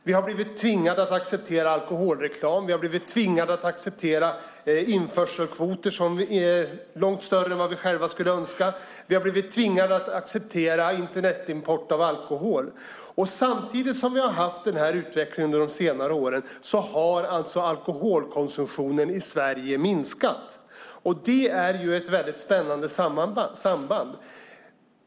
Vi har blivit tvingade att acceptera alkoholreklam. Vi har blivit tvingade att acceptera införselkvoter som är långt större än vad vi själva skulle önska. Vi har blivit tvingade att acceptera Internetimport av alkohol. Samtidigt som vi har haft den utvecklingen under de senare åren har alkoholkonsumtionen i Sverige minskat. Det är ett väldigt spännande samband.